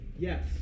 Yes